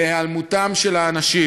ובהיעלמותם של האנשים.